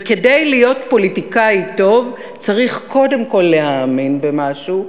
וכדי להיות פוליטיקאי טוב צריך קודם כול להאמין במשהו,